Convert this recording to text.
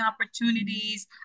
opportunities